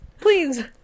please